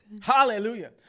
Hallelujah